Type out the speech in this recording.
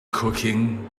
cooking